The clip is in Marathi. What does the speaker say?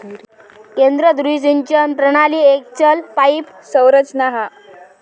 केंद्र धुरी सिंचन प्रणाली एक चल पाईप संरचना हा